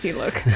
look